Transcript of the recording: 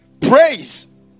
Praise